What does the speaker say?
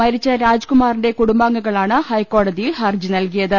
മരിച്ച രാജ്കുമാറിന്റെ കുടുംബാംഗങ്ങളാണ് ഹൈക്കോടതിയിൽ ഹർജി നൽകിയത്